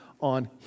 on